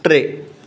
टे